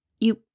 You-